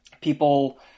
people